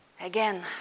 Again